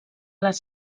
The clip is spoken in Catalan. les